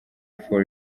for